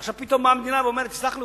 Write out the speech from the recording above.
עכשיו פתאום באה המדינה ואומרת: סלח לי,